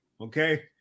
Okay